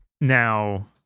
Now